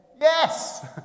yes